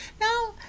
now